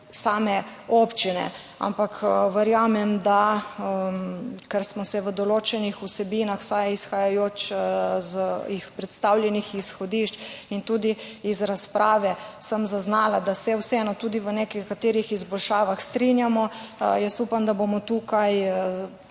same občine. Ampak verjamem, ker smo se v določenih vsebinah, vsaj izhajajoč iz predstavljenih izhodišč, in tudi iz razprave sem zaznala, da se vseeno tudi v nekaterih izboljšavah strinjamo, upam, da bomo tukaj,